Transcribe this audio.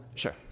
Sure